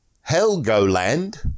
Helgoland